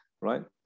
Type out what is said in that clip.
right